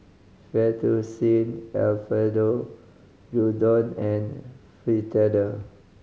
Fettuccine Alfredo Gyudon and Fritada